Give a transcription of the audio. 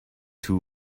two